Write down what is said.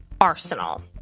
arsenal